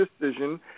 decision